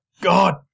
god